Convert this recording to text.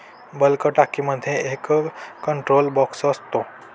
bulk टाकीमध्ये एक control box असतो